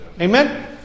Amen